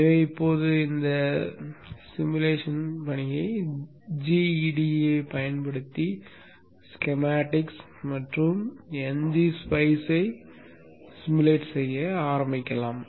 எனவே இப்போது இந்த உருவகப்படுத்துதல் பணியை gEDA ஐப் பயன்படுத்தி ஸ்கீமடிக்ஸ் மற்றும் ngSpice ஐ சிமுலேட் செய்ய ஆரம்பிக்கலாம்